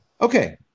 Okay